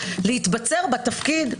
להתבצר בתפקיד,